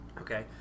Okay